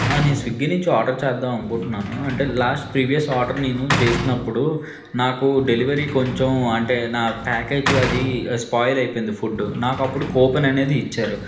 నేను స్విగ్గి నుంచి ఆర్డర్ చేద్దామనుకుంటున్నాను అంటే లాస్ట్ ప్రీవియస్ ఆర్డర్ నేను చేసినప్పుడు నాకు డెలివరీ కొంచెం అంటే నా ప్యాకేజి అది స్పాయిల్ అయిపోయింది ఫుడ్ నాకు అప్పుడు కూపన్ అనేది ఇచ్చారు